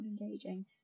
engaging